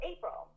April